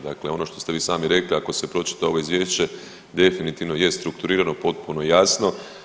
Dakle, ono što ste vi sami rekli ako se pročitalo izvješće definitivno je strukturirano potpuno jasno.